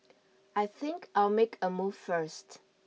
I think I'll make a move first